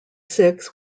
six